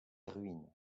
ruine